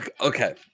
Okay